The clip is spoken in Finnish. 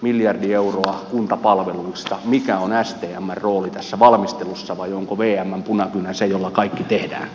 miljardi euroa kuntapalveluista mikä on stmn rooli tässä valmistelussa vai onko vmn punakynä se jolla kaikki tehdään